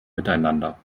miteinander